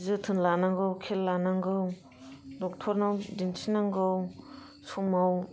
जोथोन लानांगौ खेल लानांगौ डक्टरनाव दिन्थिनांगौ समाव